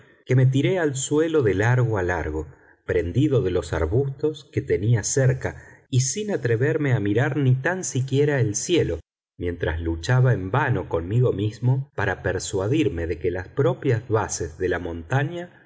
que me tiré al suelo de largo a largo prendido de los arbustos que tenía cerca y sin atreverme a mirar ni tan siquiera el cielo mientras luchaba en vano conmigo mismo para persuadirme de que las propias bases de la montaña